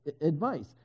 advice